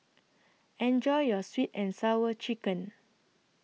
Enjoy your Sweet and Sour Chicken